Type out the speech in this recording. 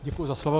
Děkuji za slovo.